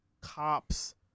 cops